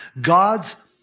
God's